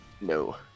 No